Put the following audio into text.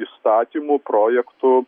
įstatymų projektų